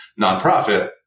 nonprofit